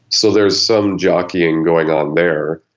so there's some jockeying going on there,